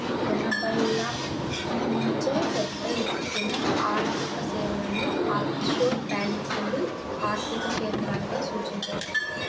ఎనభైల నుంచే పెద్దఎత్తున ఆర్థికసేవలను ఆఫ్షోర్ బ్యేంకులు ఆర్థిక కేంద్రాలుగా సూచించవచ్చు